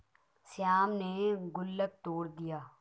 श्याम ने गुल्लक तोड़ दिया